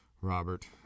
robert